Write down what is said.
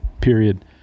period